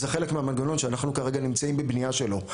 זה חלק מהמנגנון שאנחנו כרגע נמצאים בבנייה שלו.